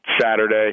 Saturday